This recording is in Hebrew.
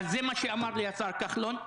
זה מה שאמר לי השר כחלון.